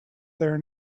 their